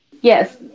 Yes